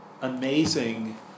amazing